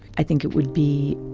i think it would be